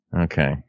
Okay